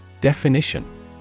Definition